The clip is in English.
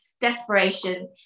desperation